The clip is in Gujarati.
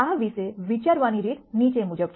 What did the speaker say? આ વિશે વિચારવાની રીત નીચે મુજબ છે